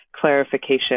clarification